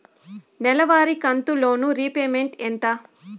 నెలవారి కంతు loan repayment ఎంత?